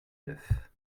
neuf